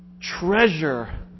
Treasure